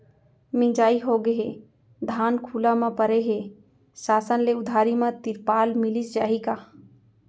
मिंजाई होगे हे, धान खुला म परे हे, शासन ले उधारी म तिरपाल मिलिस जाही का?